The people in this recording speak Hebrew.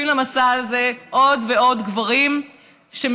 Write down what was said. מצטרפים למסע הזה עוד ועוד גברים שמבינים